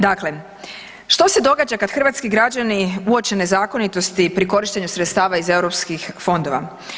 Dakle, što se događa kad hrvatski građani uoče nezakonitosti pri korištenju sredstava iz europskih fondova.